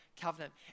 covenant